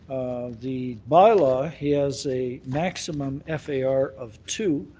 the bylaw, he has a maximum f a r. of two,